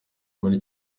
muri